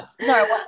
sorry